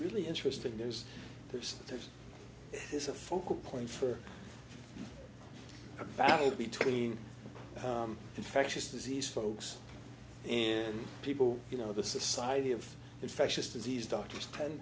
really interesting there's there's there's there's a focal point for a valley between infectious disease folks and people you know the society of infectious disease doctors ten